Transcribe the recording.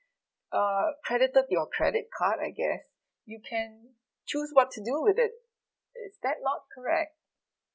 uh credited to your credit card I guess you can choose what to do with it is that not correct